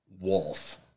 Wolf